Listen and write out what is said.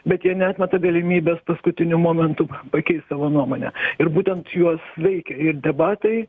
bet jie neatmeta galimybės paskutiniu momentu pakeist savo nuomonę ir būtent juos veikia ir debatai